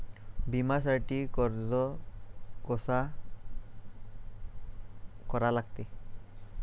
बिम्यासाठी अर्ज कसा करा लागते?